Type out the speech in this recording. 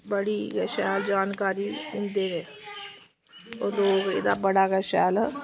बड़ी गै शैल जानकारी दिंदे न होर लोग एह्दा बड़ा गै शैल